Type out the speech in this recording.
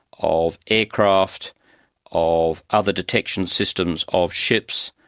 of aircraft, of other detection systems, of ships,